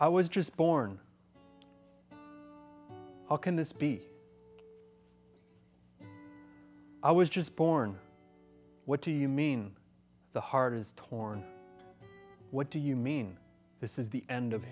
i was just born how can this be i was just born what do you mean the heart is torn what do you mean this is the end of